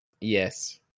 Yes